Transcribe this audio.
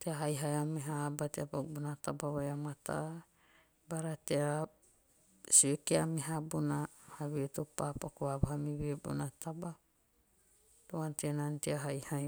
tea haihai a meha aba tea paku bona taba vai a mata. bara tea sue kiu meha bona have to pa paku vavaha mi voe bona taba to ante nana tea haihai.